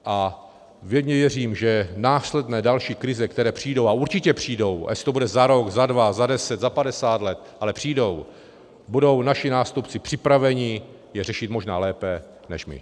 A věřím, že následné další krize, které přijdou a určitě přijdou, jestli to bude za rok, za dva, za deset, za padesát let, ale přijdou budou naši nástupci připraveni řešit možná lépe než my.